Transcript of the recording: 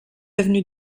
avenue